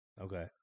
Okay